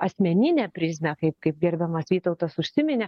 asmeninę prizmę kaip kaip gerbiamas vytautas užsiminė